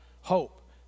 hope